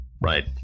Right